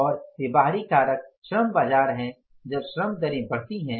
और वे बाहरी कारक श्रम बाजार हैं जब श्रम दरें बढ़ती हैं